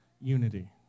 unity